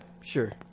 Sure